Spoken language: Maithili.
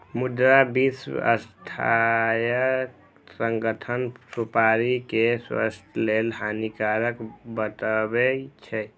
मुदा विश्व स्वास्थ्य संगठन सुपारी कें स्वास्थ्य लेल हानिकारक बतबै छै